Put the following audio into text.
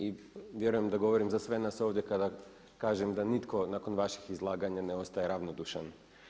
I vjerujem da govorim za sve nas ovdje kada kažem da nitko nakon vaših izlaganja ne ostaje ravnodušan.